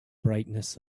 brightness